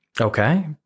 Okay